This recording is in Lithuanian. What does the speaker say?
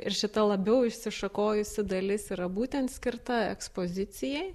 ir šita labiau išsišakojusi dalis yra būtent skirta ekspozicijai